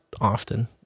often